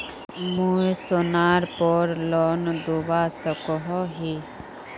मुई सोनार पोर लोन लुबा सकोहो ही?